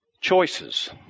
Choices